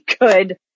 good